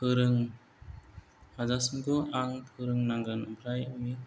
फोरों हाजामसिमखौ आं फोरोंनांगोन आमफ्राय बिनो